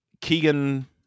Keegan